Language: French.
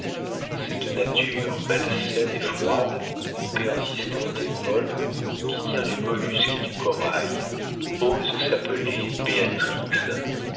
cette nature malsaine et froide persistante et molle qui tient du mollusque et du corail ose s'appeler béatrix